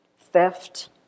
theft